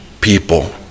people